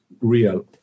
real